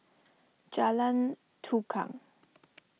Jalan Tukang